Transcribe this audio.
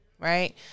Right